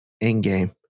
in-game